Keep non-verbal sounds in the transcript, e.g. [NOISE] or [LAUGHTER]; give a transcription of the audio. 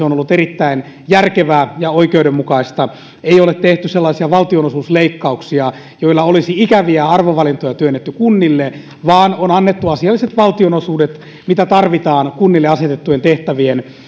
[UNINTELLIGIBLE] on ollut erittäin järkevää ja oikeudenmukaista ei ole tehty sellaisia valtionosuusleikkauksia joilla olisi ikäviä arvovalintoja työnnetty kunnille vaan on annettu asialliset valtionosuudet mitä tarvitaan kunnille asetettujen tehtävien